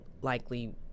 likely